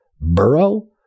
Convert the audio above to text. Burrow